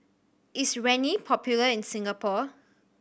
is Rene popular in Singapore